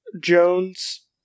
Jones